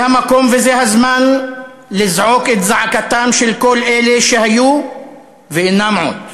זה המקום וזה הזמן לזעוק את זעקתם של כל אלה שהיו ואינם עוד,